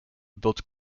built